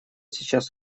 сейчас